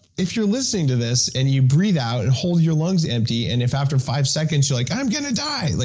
if you're listening to this, and you breathe out, and hold your lungs empty, and if after five seconds you're like, i'm gonna die, like